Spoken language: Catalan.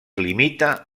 limita